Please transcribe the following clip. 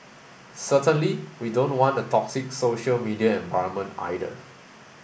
certainly we don't want a toxic social media environment either